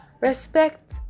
Respect